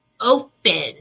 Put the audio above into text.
open